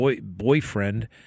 boyfriend